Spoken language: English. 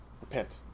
repent